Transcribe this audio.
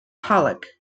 pollack